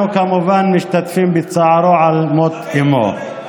אנחנו כמובן משתתפים בצערו על מות אימו.